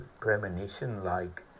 premonition-like